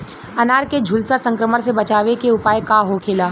अनार के झुलसा संक्रमण से बचावे के उपाय का होखेला?